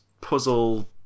puzzle